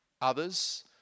others